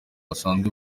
basanzwe